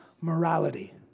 morality